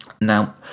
Now